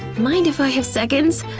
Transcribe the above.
mind if i have seconds?